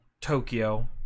Tokyo